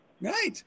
Right